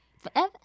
forever